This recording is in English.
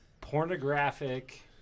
pornographic